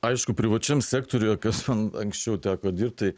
aišku privačiam sektoriuje kas man anksčiau teko dirbt tai